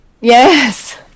Yes